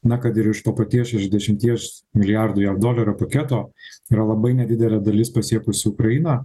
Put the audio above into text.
na kad ir iš to paties šešiadešimties milijardų jav dolerio paketo yra labai nedidelė dalis pasiekusių ukrainą